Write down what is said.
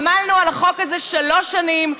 עמלנו על החוק הזה שלוש שנים.